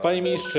Panie Ministrze!